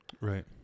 Right